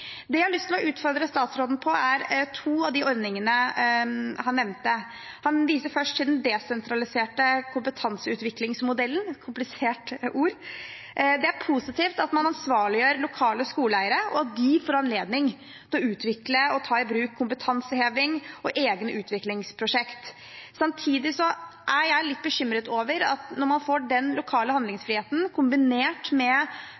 Det jeg har lyst til å utfordre statsråden på, er to av ordningene han nevnte. Han viste først til den desentraliserte kompetanseutviklingsmodellen – et komplisert ord! Det er positivt at man ansvarliggjør lokale skoleeiere, og at de får anledning til å utvikle og ta i bruk kompetanseheving og egne utviklingsprosjekt. Samtidig er jeg litt bekymret over at når man får den lokale handlingsfriheten, kombinert med